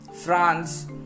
France